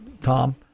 Tom